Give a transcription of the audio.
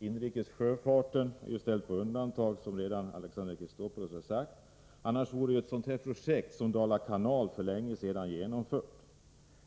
inrikes sjöfarten är ju ställd på undantag, som Alexander Chrisopoulos redan har sagt. Annars vore ett sådant projekt som Dala kanal för länge sedan genomfört.